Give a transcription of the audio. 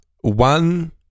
one